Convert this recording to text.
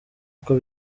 uko